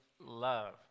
love